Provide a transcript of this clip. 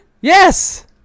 Yes